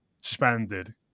suspended